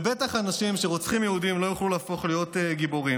ובטח שאנשים שרוצחים יהודים לא יוכלו להפוך להיות גיבורים.